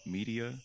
Media